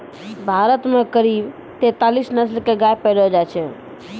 भारत मॅ करीब तेतालीस नस्ल के गाय पैलो जाय छै